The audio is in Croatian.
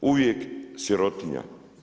Uvijek sirotinja.